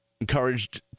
Encouraged